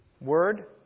word